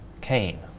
Cain